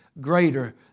greater